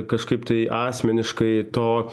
kažkaip tai asmeniškai to